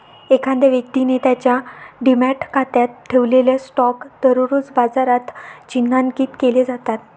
एखाद्या व्यक्तीने त्याच्या डिमॅट खात्यात ठेवलेले स्टॉक दररोज बाजारात चिन्हांकित केले जातात